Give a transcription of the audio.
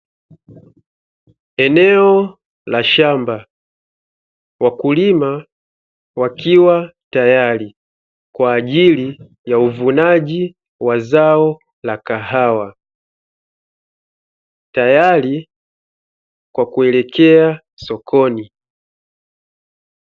Eneo la shamba wakulima wakiwa tayari kwa ajili ya uvunaji wa zao la kahawa, tayari kwa kuelekea sokini.